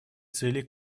целей